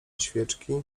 świeczki